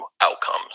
outcomes